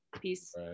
peace